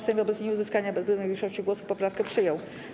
Sejm wobec nieuzyskania bezwzględnej większości głosów poprawkę przyjął.